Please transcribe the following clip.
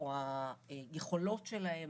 או היכולות שלהם